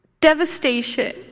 devastation